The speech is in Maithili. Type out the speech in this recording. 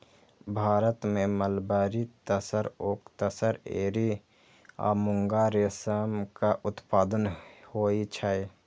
भारत मे मलबरी, तसर, ओक तसर, एरी आ मूंगा रेशमक उत्पादन होइ छै